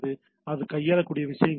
அது கையாளக்கூடிய விஷயங்களின் வகையாகும்